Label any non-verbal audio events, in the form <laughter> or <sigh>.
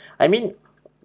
<breath> I mean